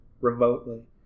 remotely